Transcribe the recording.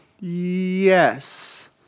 Yes